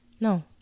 no